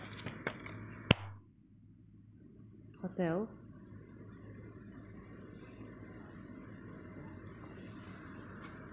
hotel